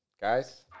Guys